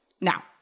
Now